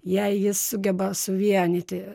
jei jis sugeba suvienyti